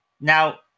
now